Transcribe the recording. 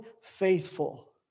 faithful